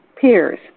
peers